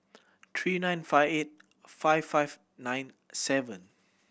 three nine five eight five five nine seven